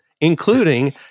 including